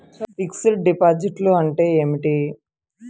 Fixed డిపాజిట్లు అంటే ఏమిటి?